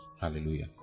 Hallelujah